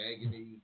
Agony